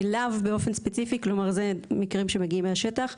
אליו באופן ספציפי, כלומר זה מקרים שמגיעים מהשטח.